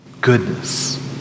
goodness